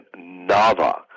Nava